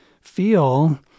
feel